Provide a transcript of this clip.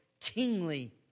kingly